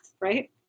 right